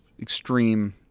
extreme